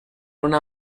una